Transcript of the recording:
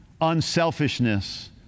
unselfishness